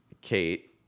Kate